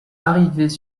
arrivés